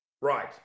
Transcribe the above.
Right